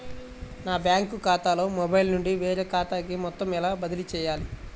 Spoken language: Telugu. నా బ్యాంక్ ఖాతాలో మొబైల్ నుండి వేరే ఖాతాకి మొత్తం ఎలా బదిలీ చేయాలి?